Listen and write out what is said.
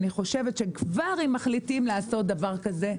חושבת שאם כבר מחליטים לעשות דבר כזה,